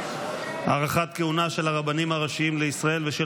(הארכת כהונה של הרבנים הראשיים לישראל ושל